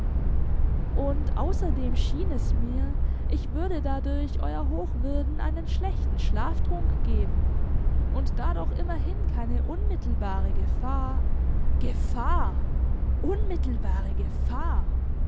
und außerdem schien es mir ich würde dadurch euer hochwürden einen schlechten schlaftrunk geben und da doch immerhin keine unmittelbare gefahr gefahr unmittelbare gefahr